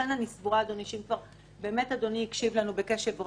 אם אדוני הקשיב לנו בקשב רב,